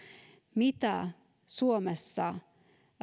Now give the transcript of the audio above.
mitä suomessa